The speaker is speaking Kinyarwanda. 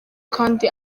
kandi